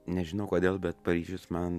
nežinau kodėl bet paryžius man